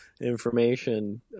information